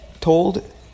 told